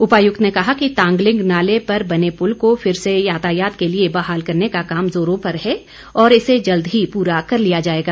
उपायुक्त ने कहा कि तांगलिंग नाले पर बने पूल को फिर से यातायात के लिए बहाल करने का काम जोरों पर है और इसे जल्द ही पूरा कर लिया जाएगा